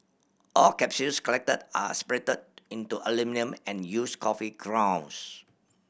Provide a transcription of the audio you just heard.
all capsules collected are separated into aluminium and used coffee grounds